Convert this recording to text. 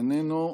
איננו,